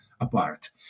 apart